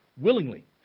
Willingly